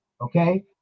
Okay